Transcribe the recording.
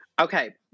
Okay